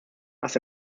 ass